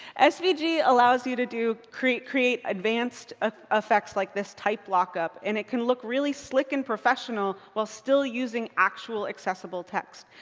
ah svg allows you to create create advanced ah effects like this type lockup. and it can look really slick and professional while still using actual accessible text.